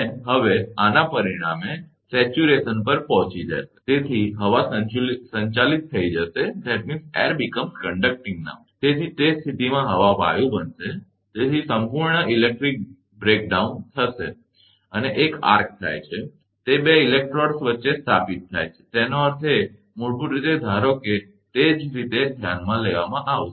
હવે આના પરિણામે સંતૃપ્તિ પર પહોંચી જશે અને તેથી હવા સંચાલિત થઈ જશે તે સ્થિતિમાં હવા વાયુ બનશે તેથી સંપૂર્ણ ઇલેક્ટ્રિક ભંગાણ હશે અને તે એક આર્ક થાય છે અને તે બંને ઇલેક્ટ્રોડ્સ વચ્ચે સ્થાપિત થાય છે તેનો અર્થ છે મૂળભૂત રીતે ધારો કે તે જ રીતે ધ્યાનમાં લેવામાં આવશે